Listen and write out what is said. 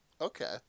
Okay